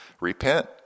repent